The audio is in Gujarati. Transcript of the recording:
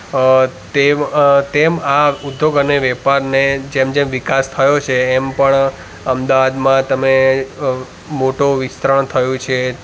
અ તેમ તેમ આ ઉદ્યોગ અને વેપારને જેમ જેમ વિકાસ થયો છે એમ પણ અમદાવાદમાં તમે અ મોટો વિસ્તરણ થયું છે